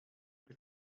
oedd